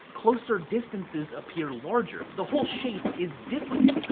closer distances appear larger. the whole shape is different,